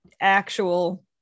actual